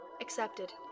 Accepted